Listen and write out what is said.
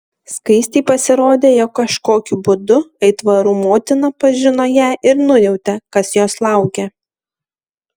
skaistei pasirodė jog kažkokiu būdu aitvarų motina pažino ją ir nujautė kas jos laukia